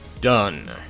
done